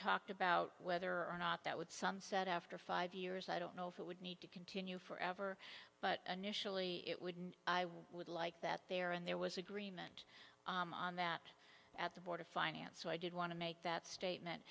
talked about whether or not that would sunset after five years i don't know if it would need to continue forever but initially it wouldn't i would like that there and there was agreement on that at the board of finance so i did want to make that statement